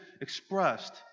expressed